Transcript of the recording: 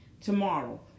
tomorrow